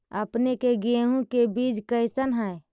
अपने के गेहूं के बीज कैसन है?